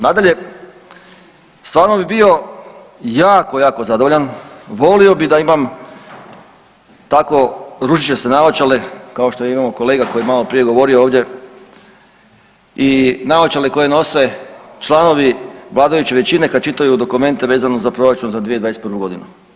Nadalje, stvarno bi bio jako, jako zadovoljan, volio bi da imam tako ružičaste naočale kao što je imao kolega koji je maloprije govorio ovdje i naočale koje nose članovi vladajuće većine kad čitaju dokumente vezano za proračun za 2021.g.